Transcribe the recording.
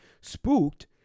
spooked